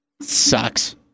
sucks